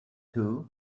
too